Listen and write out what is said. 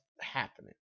happening